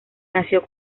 nació